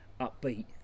upbeat